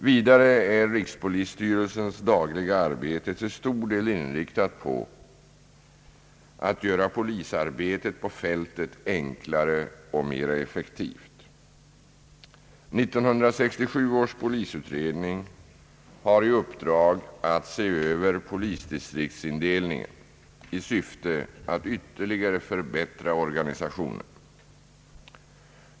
Vidare är rikspolisstyrelsens dagliga arbete till stor del inriktat på att göra polisarbetet på fältet enklare och mera effektivt. 1967 års polisutredning har i uppdrag att se över polisdistriktsindelningen i syfte att ytterligare förbättra organisationen.